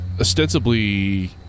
ostensibly